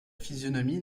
physionomie